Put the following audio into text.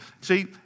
See